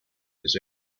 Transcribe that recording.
this